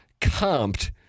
comped